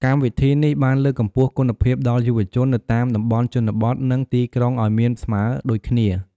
កម្មវិធីនេះបានលើកកម្ពស់គុណភាពដល់យុវជននៅតាមតំបន់ជនបទនិងទីក្រុងឲ្យមានស្មើដូចគ្នា។